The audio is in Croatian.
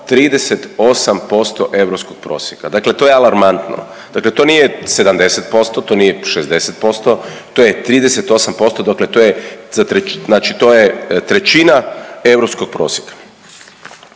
38% europskog prosjeka, dakle to je alarmantno, dakle to nije 70%, to nije 60% to je 38% dakle to je trećina europskog prosjeka.